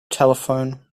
telephone